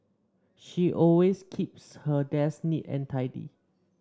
she always keeps her desk neat and tidy